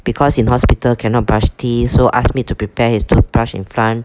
because in hospital cannot brush teeth so ask me to prepare his toothbrush in front